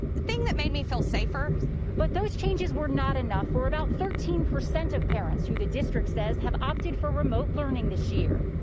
thing that made me feel safer. reporter but those changes were not enough for about thirteen percent of parents who the district says have opted for remote learning this year.